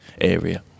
area